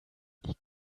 liegt